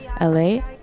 la